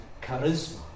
charisma